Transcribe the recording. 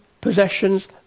possessions